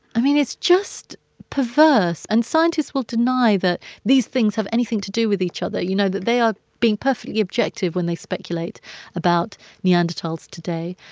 i mean, it's just perverse and scientists will deny that these things have anything to do with each other you know, that they are being perfectly objective when they speculate about neanderthals today.